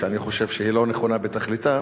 שאני חושב שהיא לא נכונה בתכליתה,